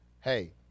Hey